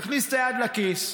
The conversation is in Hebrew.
יכניס את היד לכיס,